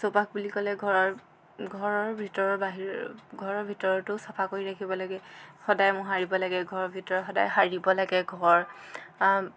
চৌপাশ বুলি ক'লে ঘৰৰ ঘৰৰ ভিতৰৰ বাহিৰ ঘৰৰ ভিতৰতো চাফা কৰি ৰাখিব লাগে সদাই মোহাৰিব লাগে ঘৰৰ ভিতৰ সদাই সাৰিব লাগে ঘৰ